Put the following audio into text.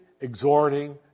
exhorting